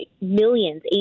millions